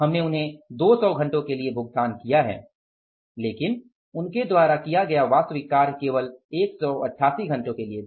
हमने उन्हें 200 घंटों के लिए भुगतान किया है लेकिन उनके द्वारा किया गया वास्तविक कार्य केवल 188 घंटों के लिए था